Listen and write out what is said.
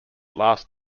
last